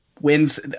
wins